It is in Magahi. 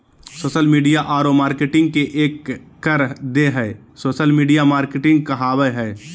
सोशल मिडिया औरो मार्केटिंग के एक कर देह हइ सोशल मिडिया मार्केटिंग कहाबय हइ